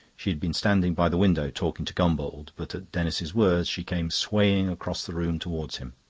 she had been standing by the window talking to gombauld but at denis's words she came swaying across the room towards him.